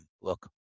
Look